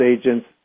agents